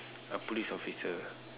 a police officer